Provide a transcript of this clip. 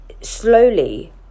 slowly